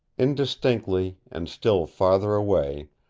indistinctly, and still farther away,